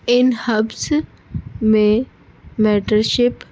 ان hubs میں میٹرشپ